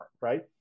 right